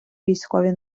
військові